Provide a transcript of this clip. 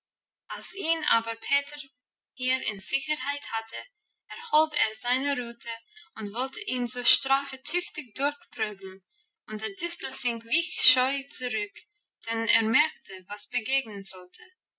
als ihn aber peter hier in sicherheit hatte erhob er seine rute und wollte ihn zur strafe tüchtig durchprügeln und der distelfink wich scheu zurück denn er merkte was begegnen sollte